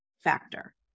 factor